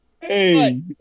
Hey